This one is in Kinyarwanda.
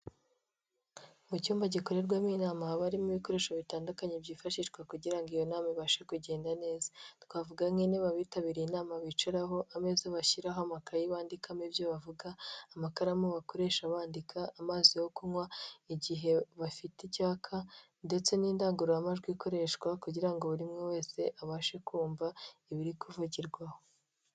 Mu cyumba gikorerwamo inama habs harimo ibikoresho bitandukanye byifashishwa kugira ngo iyo nama ibashe kugenda neza. Twavuga nk'intebe abitabiriye inama bicaraho, ameza bashyiraho amakayi bandikamo ibyo bavuga, amakaramu bakoresha bandika, amazi yo kunywa igihe bafite icyaka, ndetse n'indangururamajwi ikoreshwa, kugira ngo buri muntu wese abashe kumva ibiri kuvugirwa aho.